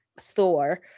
Thor